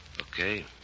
Okay